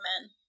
men